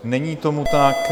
Není tomu tak.